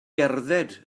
gerdded